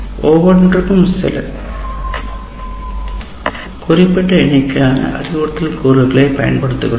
ஒவ்வொன்றும் சில குறிப்பிட்ட எண்ணிக்கையிலான அறிவுறுத்தல் கூறுகளைப் பயன்படுத்துகிறோம்